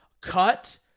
cut